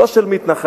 לא של מתנחלים,